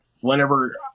whenever